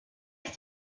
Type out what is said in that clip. ist